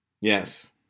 Yes